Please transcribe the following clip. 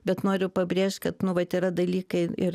bet noriu pabrėžt kad nu vat yra dalykai ir